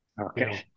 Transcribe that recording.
Okay